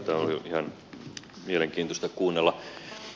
tätä on ollut ihan mielenkiintoista kuunnella